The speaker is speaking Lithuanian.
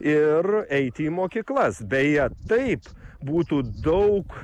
ir eiti į mokyklas beje taip būtų daug